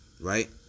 Right